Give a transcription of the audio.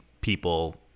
people